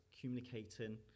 communicating